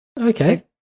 Okay